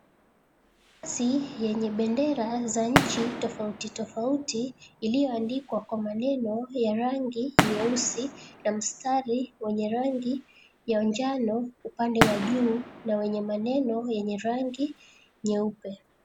Yenye bendera za nchi tofauti tofauti, iliyoandikwa kwa maneno ya rangi nyeusi, na mstari wenye rangi ya njano upande wa juu na wenye maneno yenye rangi nyeupe.